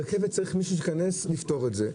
מישהו צריך שייכנס לפתור את זה.